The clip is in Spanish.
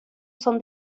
son